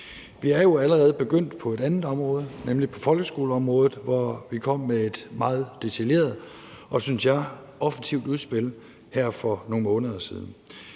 Vi er jo allerede begyndt på et andet område, nemlig på folkeskoleområdet, hvor vi kom med et meget detaljeret og, synes jeg, offensivt udspil her for nogle måneder siden.